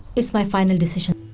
is my final decision.